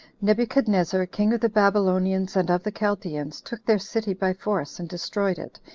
nebuchadnezzar, king of the babylonians and of the chaldeans, took their city by force, and destroyed it,